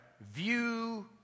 view